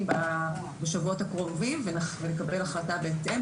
ממש, ויום למחרת היא מילאה מקום של גננת.